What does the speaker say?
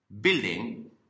building